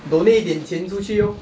donate 一点钱出去 lor